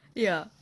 ya